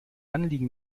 anliegen